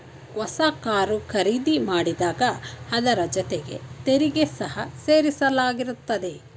ಹೊಸ ಕಾರು ಖರೀದಿ ಮಾಡಿದಾಗ ಅದರ ಜೊತೆ ತೆರಿಗೆ ಸಹ ಸೇರಿಸಲಾಗಿರುತ್ತದೆ